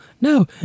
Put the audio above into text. no